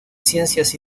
ciencias